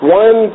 one